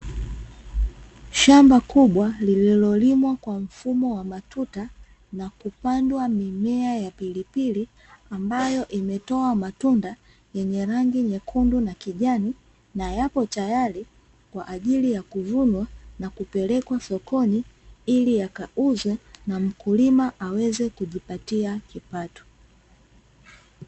shamba kubwa lililolimwa kwa mfumo wa matuta na kupandwa mimea aina ya pilipili, ambayo imetoa matunda yenye rangi nyekundu na kijani, na yapo tayari kwaajili ya kuvunwa na kupelekwa sokoni ili yakauzwe na mkulima aweze kujipatia kipato.